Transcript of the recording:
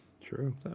True